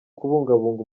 kubungabunga